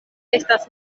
estas